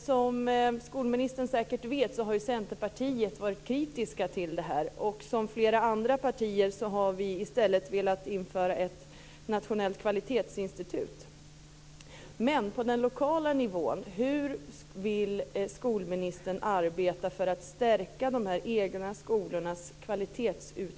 Som skolministern säkert vet har Centerpartiet varit kritiskt till det här, och i likhet med flera andra partier har vi i stället velat införa ett nationellt kvalitetsinstitut.